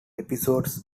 episodes